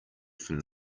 from